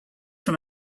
from